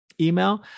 email